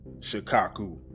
Shikaku